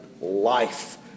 life